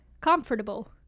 comfortable